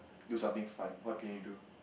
do something fun what can you do